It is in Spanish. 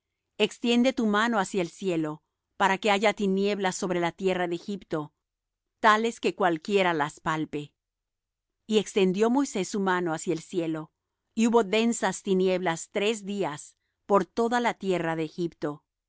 extiende tu mano hacia el cielo para que haya tinieblas sobre la tierra de egipto tales que cualquiera las palpe y extendió moisés su mano hacia el cielo y hubo densas tinieblas tres días por toda la tierra de egipto